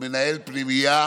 למנהל פנימייה